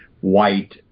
white